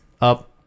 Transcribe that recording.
up